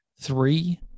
three